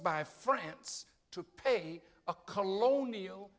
by france to pay a colonial